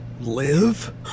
Live